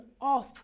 off